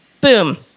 Boom